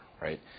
right